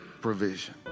provision